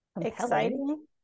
exciting